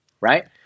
right